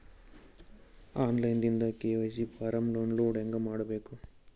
On line ದಿಂದ KYC form download ಹೇಂಗ ಮಾಡಬೇಕು?